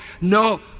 No